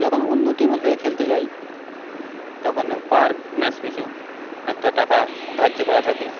যখন অন্য টিমের হয়ে খেলতে যাই তখন পার ম্যাচ পিছু একটা টাকা ধার্য করা থাকে